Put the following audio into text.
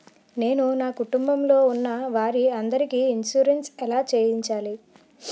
నేను నా కుటుంబం లొ ఉన్న వారి అందరికి ఇన్సురెన్స్ ఎలా చేయించాలి?